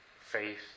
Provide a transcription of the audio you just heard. faith